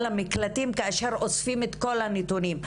המקלטים כאשר אוספים את כל הנתונים.